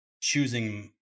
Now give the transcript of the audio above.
choosing